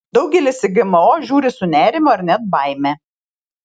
daugelis į gmo žiūri su nerimu ar net baime